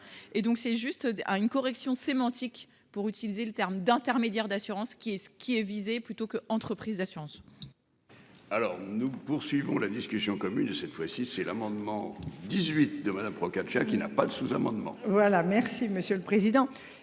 et donc c'est juste à une correction sémantique pour utiliser le terme d'intermédiaires d'assurances, qui est-ce qui est visé plutôt que entreprises d'assurance. Alors nous poursuivons la discussion commune de cette fois-ci, c'est l'amendement 18 de Madame Procaccia qui n'a pas de sous-amendement. Voilà, merci Monsieur le Président.